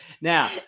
now